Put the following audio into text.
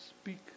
speak